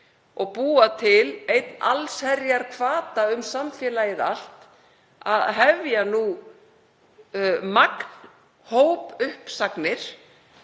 og búa til einn allsherjarhvata um samfélagið allt að hefja nú magnhópuppsagnir